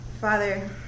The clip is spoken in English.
Father